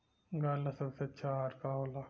गाय ला सबसे अच्छा आहार का होला?